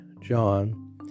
John